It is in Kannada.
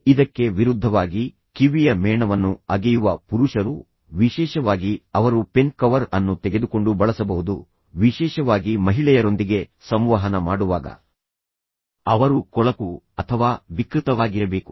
ಇದಕ್ಕೆ ವಿರುದ್ಧವಾಗಿ ಕಿವಿಯ ಮೇಣವನ್ನು ಅಗೆಯುವ ಪುರುಷರು ವಿಶೇಷವಾಗಿ ಅವರು ಪೆನ್ ಕವರ್ ಅನ್ನು ತೆಗೆದುಕೊಂಡು ಬಳಸಬಹುದು ವಿಶೇಷವಾಗಿ ಮಹಿಳೆಯರೊಂದಿಗೆ ಸಂವಹನ ಮಾಡುವಾಗ ಅವರು ಕೊಳಕು ಅಥವಾ ವಿಕೃತವಾಗಿರಬೇಕು